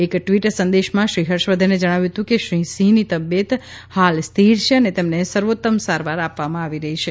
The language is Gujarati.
એક ટ્વીટ સંદેશમાં શ્રી હર્ષવર્ધને જણાવ્યું હતું કે શ્રી સિંહની સ્થિતિ હાલ સ્થિર છે અને તેમને સર્વોત્તમ સારવાર આપવામાં આવી રહી છે